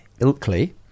ilkley